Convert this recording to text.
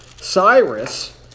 Cyrus